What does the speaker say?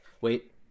wait